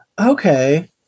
okay